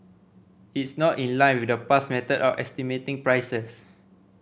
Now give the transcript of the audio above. it's not in line with the past method of estimating prices